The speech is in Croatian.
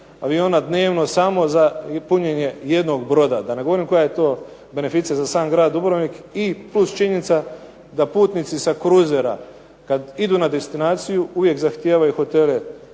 aviona dnevno samo za punjenje jednog borda, da ne govorim koja je to beneficija za sam grad Dubrovnik. I plus činjenica da putnici sa kruzera kada idu na destinaciju uvijek zahtijevaju hotele